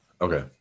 Okay